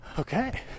Okay